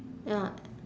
ya